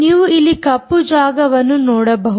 ನೀವು ಇಲ್ಲಿ ಕಪ್ಪು ಜಾಗವನ್ನು ನೋಡಬಹುದು